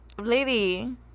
lady